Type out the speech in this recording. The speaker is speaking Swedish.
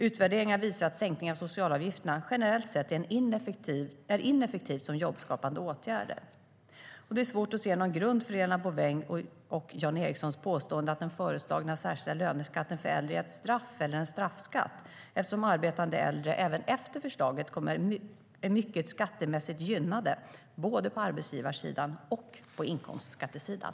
Utvärderingar visar att sänkningar av socialavgifterna, generellt sett, är ineffektiva som jobbskapande åtgärder. Det är svårt att se någon grund för Helena Bouvengs och Jan Ericssons påstående att den föreslagna särskilda löneskatten för äldre är ett straff eller en straffskatt eftersom arbetande äldre även efter förslaget är mycket skattemässigt gynnade, både på arbetsgivarsidan och på inkomstskattesidan.